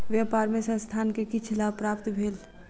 व्यापार मे संस्थान के किछ लाभ प्राप्त भेल